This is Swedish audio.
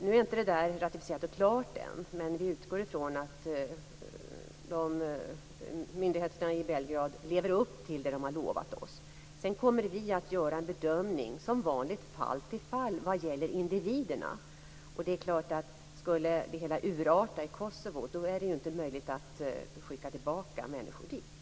Det är inte ratificerat och klart än. Vi utgår från att myndigheterna i Belgrad lever upp till vad de har lovat oss. Vi kommer sedan att göra en bedömning, som vanligt, från fall till fall vad gäller individerna. Om det hela skulle urarta i Kosovo är det ju inte möjligt att skicka tillbaka människor dit.